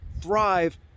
thrive